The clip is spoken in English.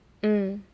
mm